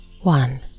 one